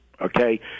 Okay